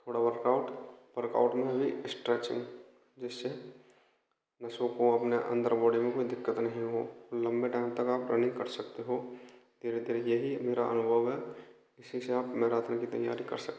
थोड़ा workout workout में भी स्ट्रेचिंग जिससे नसों को अपने अंदर बॉडी में कोई दिक्कत नहीं हो लंबे टाइम तक आप रनिंग कर सकते हो धीरे धीरे यही मेरा अनुभव है इसी से आप मैराथन की तैयारी कर सकते हो